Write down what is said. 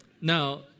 Now